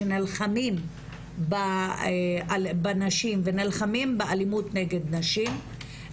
שנלחמים בנשים ונלחמים באלימות נגד נשים,